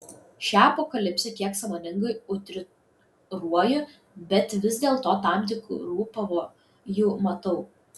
šią apokalipsę kiek sąmoningai utriruoju bet vis dėlto tam tikrų pavojų matau